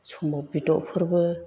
समाव बेदरफोरबो